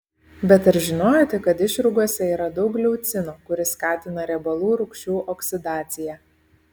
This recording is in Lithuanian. bet ar žinojote kad išrūgose yra daug leucino kuris skatina riebalų rūgščių oksidaciją